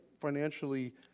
financially